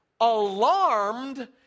Alarmed